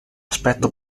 aspetto